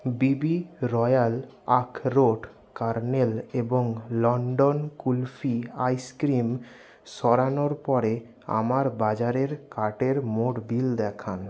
বিবি royal আখরোট kernel এবং London kulfi ice cream সরানোর পরে আমার বাজারের কার্টের মোট বিল দেখান